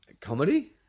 Comedy